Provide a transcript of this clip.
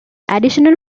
additional